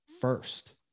first